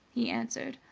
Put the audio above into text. he answered.